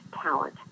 talent